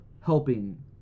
helping